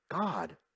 God